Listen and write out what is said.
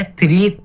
three